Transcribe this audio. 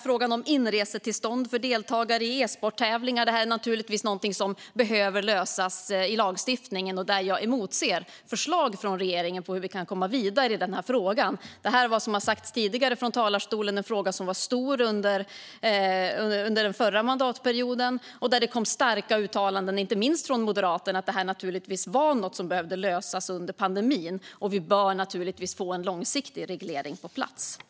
Frågan om inresetillstånd för deltagare i e-sporttävlingar har också nämnts, och det är givetvis något som måste lösas i lagstiftning. Jag emotser därför förslag från regeringen på hur vi kan komma vidare i denna fråga. Denna fråga var som sagt stor under förra mandatperioden, och under pandemin gjordes starka uttalanden inte minst från Moderaterna om att detta måste lösas. Vi behöver nu få en långsiktig reglering på plats.